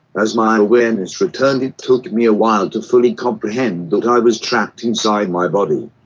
as my awareness returned, it took me a while to fully comprehend that i was trapped inside my body.